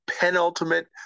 penultimate